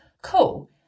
cool